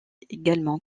également